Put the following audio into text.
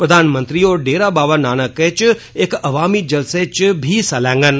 प्रधानमंत्री होर डेरा बाबा नानक च इक अवामी जलसे च बी हिस्सा लैंगन